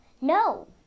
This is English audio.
No